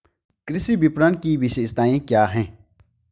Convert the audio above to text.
कृषि विपणन की विशेषताएं क्या हैं?